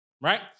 right